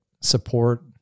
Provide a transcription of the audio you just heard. support